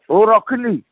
ହଉ ରଖିଲି